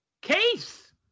Case